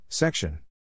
Section